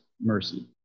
mercy